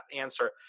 answer